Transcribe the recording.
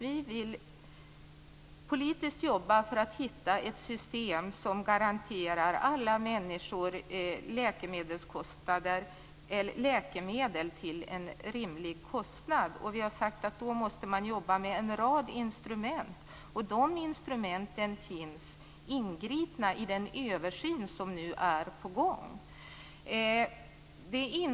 Vi vill politiskt jobba för att hitta ett system som garanterar alla människor läkemedel till en rimlig kostnad. Vi har sagt att man då måste jobba med en rad instrument. De instrumenten finns inbegripna i den översyn som nu är på gång.